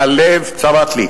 והלב צבט לי.